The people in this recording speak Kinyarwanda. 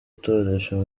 gutoresha